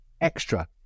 extra